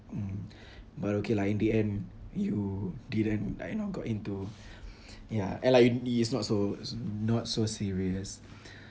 mm but okay lah in the end you didn't like you know got into ya and like you it's not so not so serious